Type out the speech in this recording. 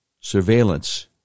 surveillance